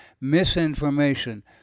misinformation